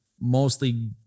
mostly